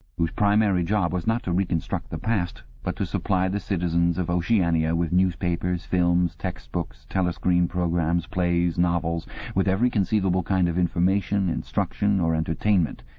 whose primary job was not to reconstruct the past but to supply the citizens of oceania with newspapers, films, textbooks, telescreen programmes, plays, novels with every conceivable kind of information, instruction, or entertainment,